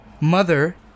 mother